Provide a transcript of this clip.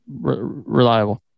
reliable